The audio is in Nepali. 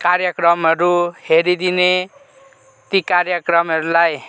कार्यक्रमहरू हेरीदिने ती कार्यक्रमहरूलाई